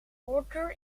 voorkeur